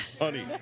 Honey